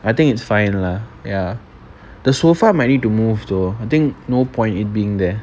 I think it's fine lah ya the sofa might need to move though I think no point it being there